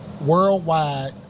worldwide